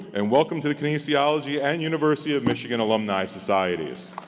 and welcome to the kinesiology and university of michigan alumni societies.